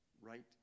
right